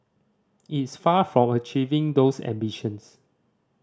it's far from achieving those ambitions